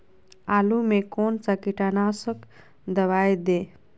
आलू में कौन सा कीटनाशक दवाएं दे?